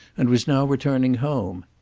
and was now returning home.